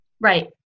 Right